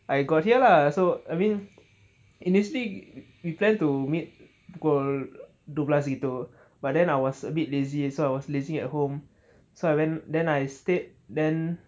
I got here lah so I mean initially we plan to meet pukul dua belas gitu but then I was a bit lazy so I was lazing at home so I went then I stayed then